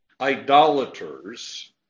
idolaters